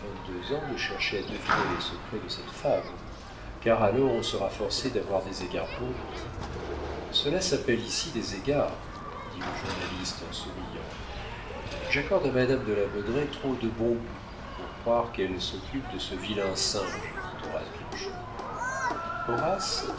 vingt-deux ans de chercher à deviner les secrets de cette femme car alors elle sera forcée d'avoir des égards pour lui cela s'appelle ici des égards dit le journaliste en souriant j'accorde à madame de la baudraye trop de bon goût pour croire qu'elle s'occupe de ce vilain singe dit horace